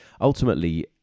ultimately